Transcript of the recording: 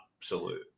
absolute